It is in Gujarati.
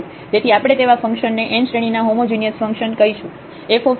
તેથી આપણે તેવા ફંક્શન ને n શ્રેણીના હોમોજિનિયસ ફંક્શન કહીશું